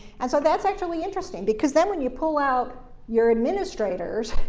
and so that's actually interesting because then, when you pull out your administrators,